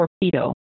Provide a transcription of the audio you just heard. torpedo